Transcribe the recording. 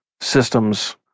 systems